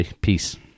peace